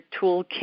toolkit